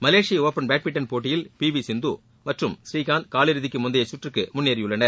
மலேசிய open badminton போட்டியில் P V Sindhu மற்றம் புரீகாந்த் காலிறுதிக்கு முந்தைய சுற்றுக்கு முன்னேறியுள்ளனர்